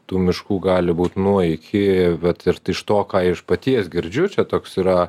tų miškų gali būt nuo iki bet ir iš to ką iš paties girdžiu čia toks yra